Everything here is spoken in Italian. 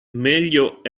meglio